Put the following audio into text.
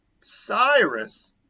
Cyrus